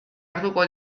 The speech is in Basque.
hartuko